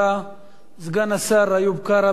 סגן השר איוב קרא, בבקשה.